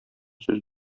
сүз